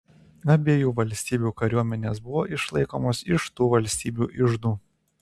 abiejų valstybių kariuomenės buvo išlaikomos iš tų valstybių iždų